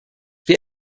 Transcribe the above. wir